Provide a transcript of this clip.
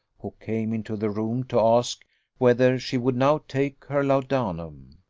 who came into the room to ask whether she would now take her laudanum.